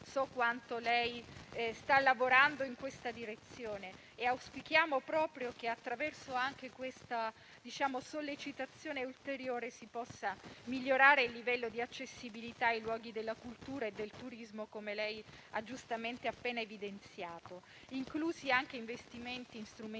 So quanto lei sta lavorando in tale direzione. Auspichiamo che, anche attraverso questa sollecitazione ulteriore, si possa migliorare il livello di accessibilità ai luoghi della cultura e del turismo - come lei ha giustamente appena evidenziato - inclusi anche investimenti in strumenti